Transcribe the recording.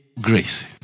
grace